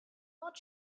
not